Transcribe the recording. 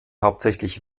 hauptsächlich